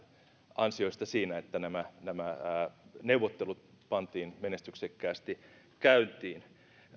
ansioista siinä että nämä nämä neuvottelut pantiin menestyksekkäästi käyntiin